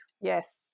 Yes